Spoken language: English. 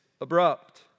abrupt